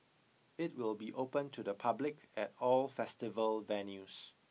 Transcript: it will be open to the public at all festival venues